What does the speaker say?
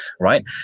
right